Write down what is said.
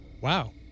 Wow